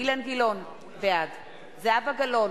אילן גילאון, בעד זהבה גלאון,